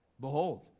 Behold